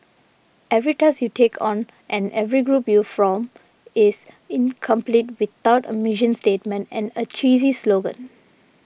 every task you take on and every group you form is incomplete without a mission statement and a cheesy slogan